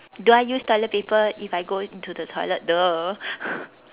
do I use toilet paper if I go into the toilet !duh!